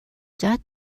that